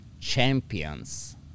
champions